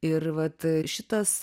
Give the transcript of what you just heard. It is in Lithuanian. ir vat šitas